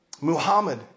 Muhammad